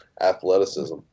athleticism